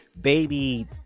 baby